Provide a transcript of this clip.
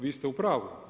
Vi ste u pravu.